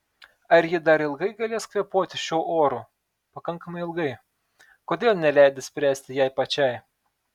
ar ji dar ilgai galės kvėpuoti šiuo oru pakankamai ilgai kodėl neleidi spręsti jai pačiai